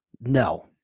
No